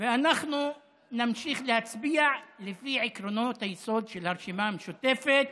ואנחנו נמשיך להצביע לפי עקרונות היסוד של הרשימה המשותפת,